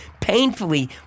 painfully